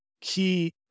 key